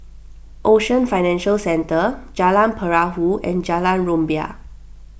Ocean Financial Centre Jalan Perahu and Jalan Rumbia